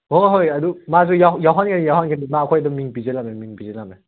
ꯍꯣꯏ ꯍꯣꯏ ꯑꯗꯨ ꯃꯥꯁꯨ ꯌꯥꯎꯍꯟꯒꯅꯤ ꯌꯥꯎꯍꯟꯒꯅꯤ ꯃꯥ ꯑꯩꯈꯣꯏ ꯑꯗꯨꯝ ꯃꯤꯡ ꯄꯤꯁꯜꯂꯝꯃꯦ ꯃꯤꯡ ꯄꯤꯁꯜꯂꯝꯃꯦ